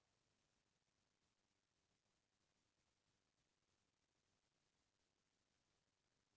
कौशल विकास योजना के माधयम से मैं का का काम सीख सकत हव?